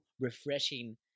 refreshing